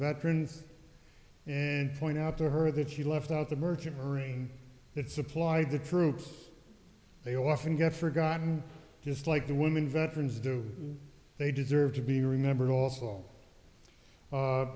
veterans and point out to her that you left out the merchant marine that supplied the troops they often get forgotten just like the women veterans do they deserve to be remembered also a